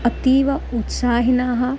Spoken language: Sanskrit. अतीव उत्साहिनः